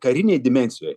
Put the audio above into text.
karinėj dimensijoj